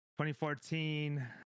2014